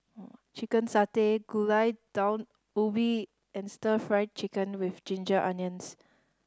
Chicken Satay Gulai Daun Ubi and Stir Fry Chicken with ginger onions